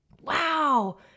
Wow